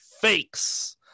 fakes